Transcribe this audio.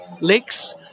licks